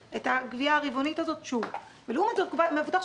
לכן חשבנו שזה נכון להביא את זה.